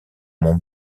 mont